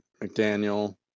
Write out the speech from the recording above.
McDaniel